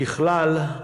ככלל,